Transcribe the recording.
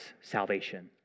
salvation